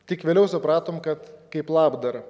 tik vėliau supratom kad kaip labdarą